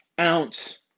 ounce